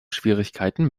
schwierigkeiten